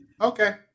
Okay